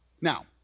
Now